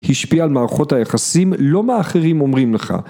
השפיע על מערכות היחסים, לא מה אחרים אומרים לך.